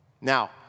Now